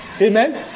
Amen